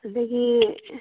ꯑꯗꯨꯒꯤ